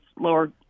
lower